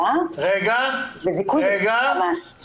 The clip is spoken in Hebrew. רגע,